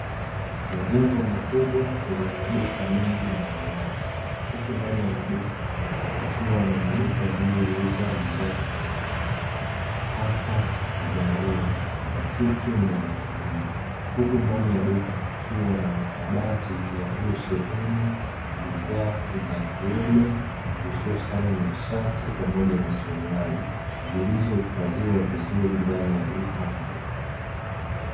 Majengo makubwa yenye maduka mengi ndani yake, huku ndani ya maduka hayo ukiwa na maduka yanayouza bidhaa tofauti tofauti hasa za nguo za kike na za kiume, huku ndani ya duka kukiwa na makabati yaliyosheheni bidhaa za kiume hususan masharti pamoja na suruali zilizohifadhiwa vizuri ndani ya duka hilo.